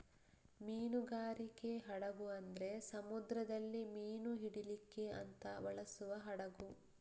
ಮೀನುಗಾರಿಕೆ ಹಡಗು ಅಂದ್ರೆ ಸಮುದ್ರದಲ್ಲಿ ಮೀನು ಹಿಡೀಲಿಕ್ಕೆ ಅಂತ ಬಳಸುವ ಹಡಗು